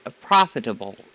profitable